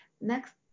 next